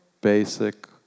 basic